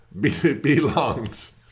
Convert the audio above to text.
belongs